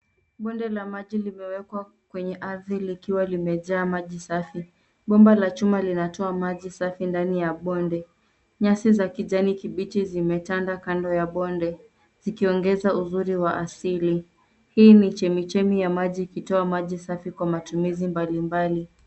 Bonde la maji limewekwa kwenye ardhi likiwa limejaa maji safi. Bomba la chuma linatoa maji safi ndani ya bonde . Nyasi za kijani kibichi zimetanda kando ya bonde, zikiongeza uzuri wa asili. Hii ni chemchemi ya maji ikitoa maji safi kwa matumizi mbalimbali.